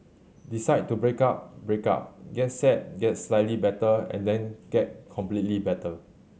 decide to break up break up get sad get slightly better and then get completely better